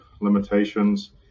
limitations